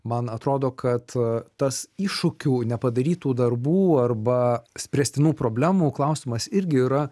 man atrodo kad tas iššūkių nepadarytų darbų arba spręstinų problemų klausimas irgi yra